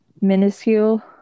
minuscule